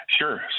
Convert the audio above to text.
sure